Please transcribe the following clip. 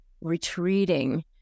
retreating